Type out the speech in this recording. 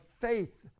faith